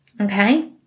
Okay